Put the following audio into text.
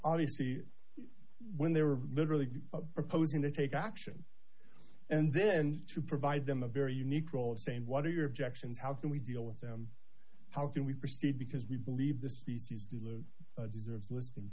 obviously when they were literally proposing to take action and then to provide them a very unique role saying what are your objections how can we deal with them how can we proceed because we believe the species deserves listing